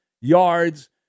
yards